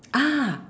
ah